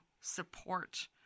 support